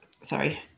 sorry